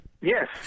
Yes